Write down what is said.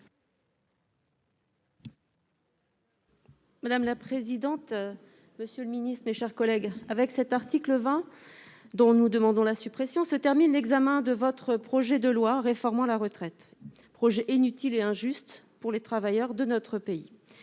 Madame la présidente. Monsieur le Ministre, mes chers collègues. Avec cet article 20. Dont nous demandons la suppression se termine l'examen de votre projet de loi réformant la retraite projet inutile et injuste pour les travailleurs de notre pays